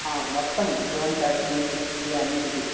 మొత్తం డ్రోన్ షాట్కి పిక్స్కి అన్నిటికి